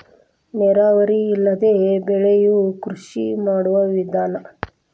ನೇರಾವರಿ ಇಲ್ಲದೆ ಬೆಳಿಯು ಕೃಷಿ ಮಾಡು ವಿಧಾನಾ